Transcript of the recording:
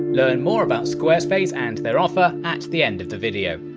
learn more about squarespace and their offer at the end of the video!